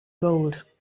gold